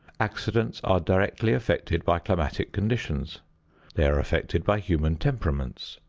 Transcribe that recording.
accidents are directly affected by climatic conditions they are affected by human temperaments,